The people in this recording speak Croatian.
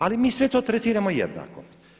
Ali mi sve to tretiramo jednako.